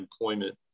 employment